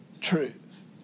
truth